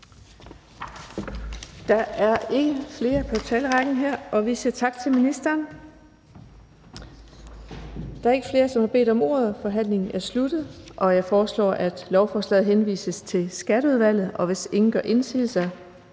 Der er ikke flere i talerrækken, og vi siger tak til ministeren. Da der ikke er flere, som har bedt om ordet, er forhandlingen sluttet. Jeg foreslår, at lovforslaget henvises til Skatteudvalget. Hvis ingen gør indsigelse,